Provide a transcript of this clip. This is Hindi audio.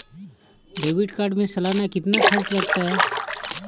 डेबिट कार्ड में सालाना कितना खर्च लगता है?